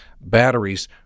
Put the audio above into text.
batteries